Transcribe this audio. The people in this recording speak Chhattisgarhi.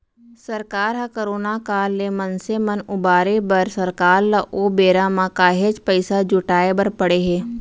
सरकार ह करोना काल ले मनसे मन उबारे बर सरकार ल ओ बेरा म काहेच पइसा जुटाय बर पड़े हे